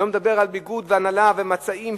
אני לא מדבר על ביגוד והנעלה ומצעים,